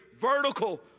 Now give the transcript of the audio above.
vertical